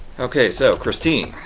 okay so christene!